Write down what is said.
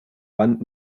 wand